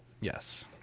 Yes